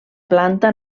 planta